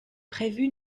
prévue